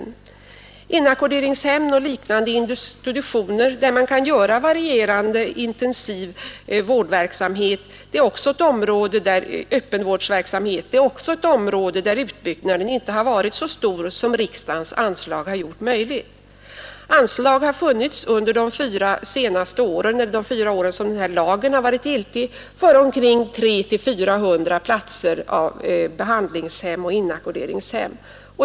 Inte heller när det gäller inackorderingshem och liknande institutioner, där man kan bedriva varierande intensiv öppenvårdsverksamhet, har utbyggnaden varit så stor som riksdagens anslag gjort möjligt. Anslag har under de fyra år som lagen varit i kraft funnits för omkring 300-400 platser i behandlingshem och inackorderingshem.